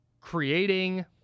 creating